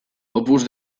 opus